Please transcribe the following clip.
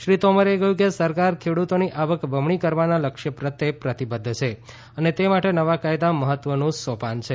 શ્રી તોમરે કહ્યું કે સરકાર ખેડૂતોની આવક બમણી કરવાના લક્ષ્ય પ્રત્યે કટિબદ્ધ છે અને તે માટે નવા કાયદા મહત્વનું સોપાન છે